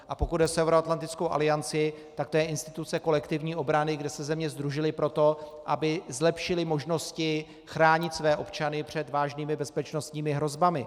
A pokud jde o Severoatlantickou alianci, tak to je instituce kolektivní obrany, kde se země sdružily proto, aby zlepšily možnosti chránit své občany před vážnými bezpečnostními hrozbami.